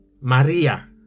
Maria